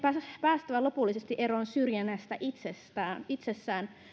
päästävä lopullisesti eroon syrjinnästä itsessään